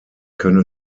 könne